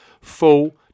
Full